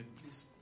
Please